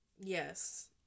Yes